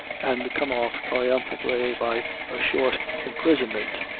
and come off triumphantly by a short imprisonment.